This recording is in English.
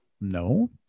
No